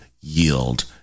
yield